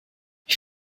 ich